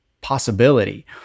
possibility